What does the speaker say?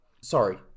sorry